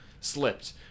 slipped